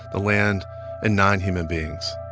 the land and nine human beings.